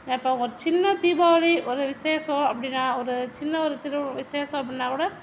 இப்போ ஒரு சின்ன தீபாவளி ஒரு விசேஷம் அப்படினா ஒரு சின்ன ஒரு திரு விசேஷம் அப்படினா கூட